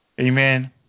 Amen